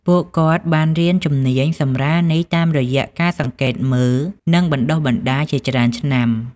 ពួកគាត់បានរៀនជំនាញសម្រាលនេះតាមរយៈការសង្កេតមើល និងបណ្តុះបណ្ដាលជាច្រើនឆ្នាំ។